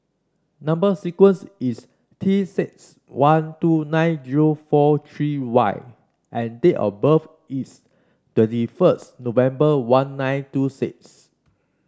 number sequence is T six one two nine zero four three Y and date of birth is twenty first November one nine two six